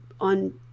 on